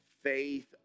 faith